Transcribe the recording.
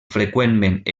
freqüentment